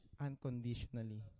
unconditionally